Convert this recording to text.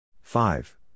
five